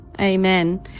amen